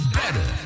better